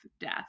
death